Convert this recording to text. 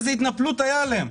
איזה התנפלות היה עליהם.